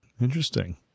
Interesting